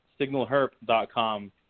Signalherp.com